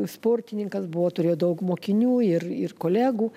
sportininkas buvo turėjo daug mokinių ir kolegų